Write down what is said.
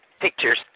pictures